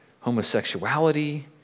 homosexuality